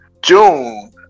June